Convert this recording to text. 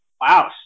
Wow